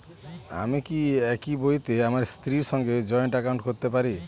আমি কি একই বইতে আমার স্ত্রীর সঙ্গে জয়েন্ট একাউন্ট করতে পারি?